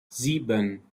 sieben